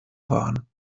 waren